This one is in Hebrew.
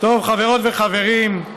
חברות וחברים,